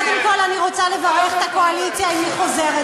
זכותה להגיד מה שהיא רוצה.